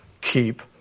keep